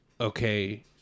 okay